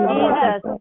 Jesus